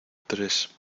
tres